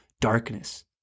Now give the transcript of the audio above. darkness